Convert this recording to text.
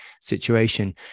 situation